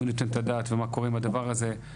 מי נותן את הדעת ומה קורה עם הדבר הזה.